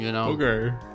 okay